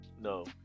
no